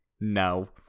no